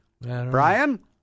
Brian